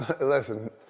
listen